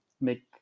make